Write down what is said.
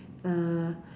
err